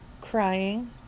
crying